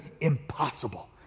impossible